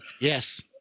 Yes